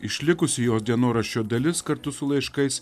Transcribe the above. išlikusi jo dienoraščio dalis kartu su laiškais